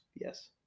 Yes